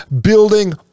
building